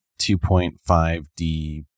2.5D